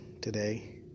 today